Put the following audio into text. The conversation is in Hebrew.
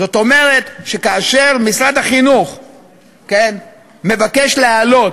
זאת אומרת, שכאשר משרד החינוך מבקש להעלות